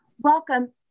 Welcome